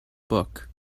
book